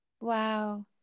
wow